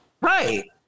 Right